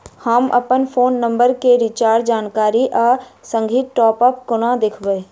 हम अप्पन phone number केँ रिचार्जक जानकारी आ संगहि टॉप अप कोना देखबै?